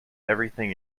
everything